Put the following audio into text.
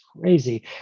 crazy